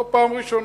לא פעם ראשונה.